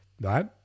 right